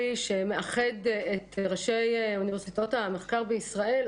שמאחד את ראשי אוניברסיטאות המחקר בישראל,